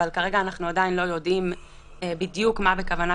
אבל כרגע אנחנו עדיין לא יודעים בדיוק מה בכוונת